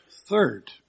Third